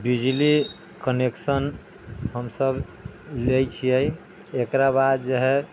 बिजली कनेक्शन हमसब लै छियै एकरा बाद जे है